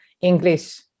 English